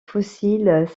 fossiles